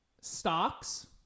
stocks